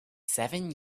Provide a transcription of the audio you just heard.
seven